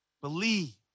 believe